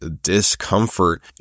discomfort